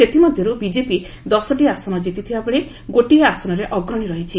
ସେଥିମଧ୍ୟର୍ତ BJP ଦଶଟି ଆସନ ଜିତିଥିବାବେଳେ ଗୋଟିଏ ଆସନରେ ଅଗ୍ରଣୀ ରହିଛି